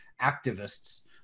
activists